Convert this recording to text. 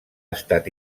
estat